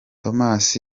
thomas